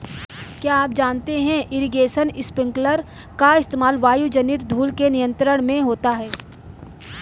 क्या आप जानते है इरीगेशन स्पिंकलर का इस्तेमाल वायुजनित धूल के नियंत्रण में होता है?